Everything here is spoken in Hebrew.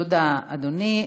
תודה, אדוני.